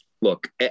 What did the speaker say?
Look